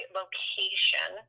location